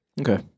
Okay